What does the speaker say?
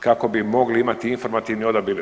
kako bi mogli imati informativni odabir.